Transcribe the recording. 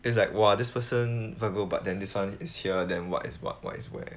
it's like !wah! this person virgo but then this [one] is here then what is what what is where